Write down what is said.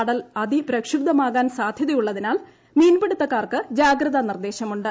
കടൽ അതിപ്രക്ഷുബ്ധമാകാൻ സാധ്യതയുള്ളതിനാൽ മീൻപിടുത്തക്കാർക്ക് ജാഗ്രതാ നിർദ്ദേശമുണ്ട്